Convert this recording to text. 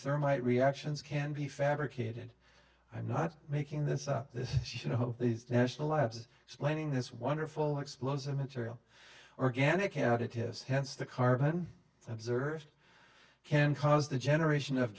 thermite reactions can be fabricated i'm not making this up this should hope these national labs explaining this wonderful explosive material organic out it is hence the carbon observed can cause the generation of